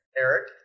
Eric